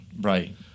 Right